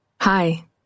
Hi